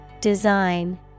Design